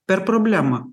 per problemą